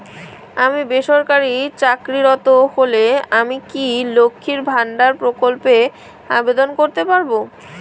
আমি বেসরকারি চাকরিরত হলে আমি কি লক্ষীর ভান্ডার প্রকল্পে আবেদন করতে পারব?